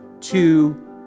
two